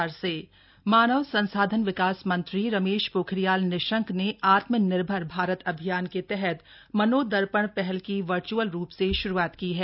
मनोदर्पण पहल मानव संसाधन विकास मंत्री रमेश पोखरियाल निशंक ने आत्मनिर्भर भारत अभियान के तहत मनोदर्पण पहल की वर्च्अल रूप से श्रूआत की है